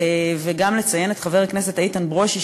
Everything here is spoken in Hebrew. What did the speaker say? וגם לציין את חבר הכנסת איתן ברושי,